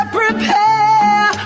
prepare